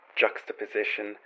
juxtaposition